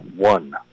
One